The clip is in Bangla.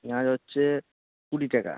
পেঁয়াজ হচ্ছে কুড়ি টাকা